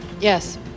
Yes